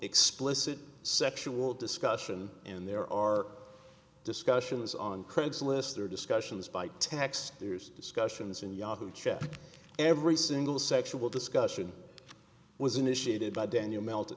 explicit sexual discussion and there are discussions on craig's list or discussions by text there's discussions in yahoo chat every single sexual discussion was initiated by daniel melt